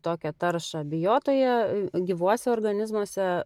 tokią taršą biotoje gyvuose organizmuose